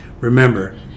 Remember